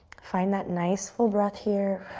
find that nice, full breath here.